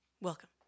Welcome